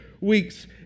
weeks